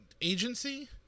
agency